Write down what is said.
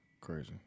Crazy